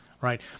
Right